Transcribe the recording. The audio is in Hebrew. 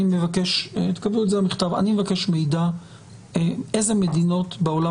אני מבקש לקבל מידע על איזה מדינות בעולם